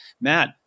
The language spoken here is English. Matt